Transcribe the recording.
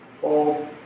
fold